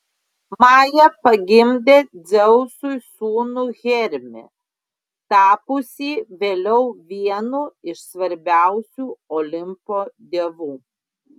maja pagimdė dzeusui sūnų hermį tapusį vėliau vienu iš svarbiausių olimpo dievų